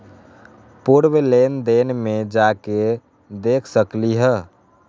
पूर्व लेन देन में जाके देखसकली ह?